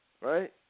right